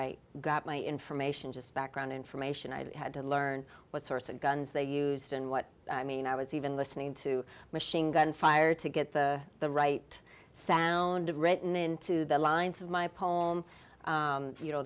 i got my information just background information i had to learn what sorts of guns they used and what i mean i was even listening to machine gun fire to get the the right sound written into the lines of my poem you know